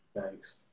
Thanks